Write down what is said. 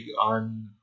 on